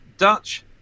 Dutch